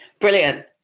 brilliant